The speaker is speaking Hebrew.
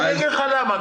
אגיד לך למה,